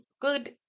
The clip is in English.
good